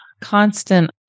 constant